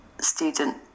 student